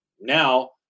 now